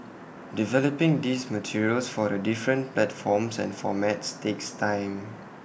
developing these materials for the different platforms and formats takes time